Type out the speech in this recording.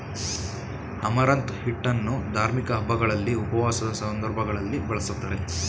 amaranth ಹಿಟ್ಟನ್ನು ಧಾರ್ಮಿಕ ಹಬ್ಬಗಳಲ್ಲಿ, ಉಪವಾಸದ ಸಂದರ್ಭಗಳಲ್ಲಿ ಬಳ್ಸತ್ತರೆ